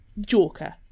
Joker